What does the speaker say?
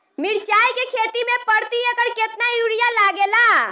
मिरचाई के खेती मे प्रति एकड़ केतना यूरिया लागे ला?